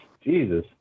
Jesus